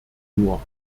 nur